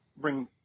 bring